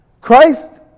Christ